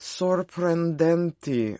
sorprendenti